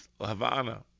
Havana